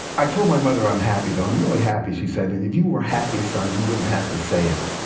i told my mother, i'm happy though, i'm really happy. she said, if you were happy, son, you wouldn't have to say it.